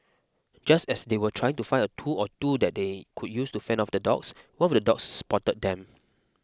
just as they were trying to find a tool or two that they could use to fend off the dogs one of the dogs spotted them